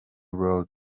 world